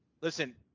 listen